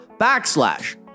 backslash